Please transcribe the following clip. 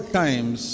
times